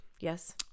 Yes